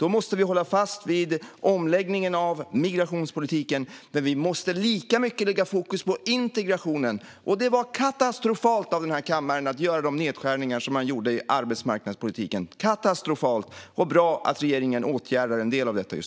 måste vi nämligen hålla fast vid omläggningen av migrationspolitiken. Men vi måste lägga lika stort fokus på integrationen. Det var katastrofalt av den här kammaren att göra de nedskärningarna i arbetsmarknadspolitiken. Det är bra att regeringen just nu åtgärdar en del av det.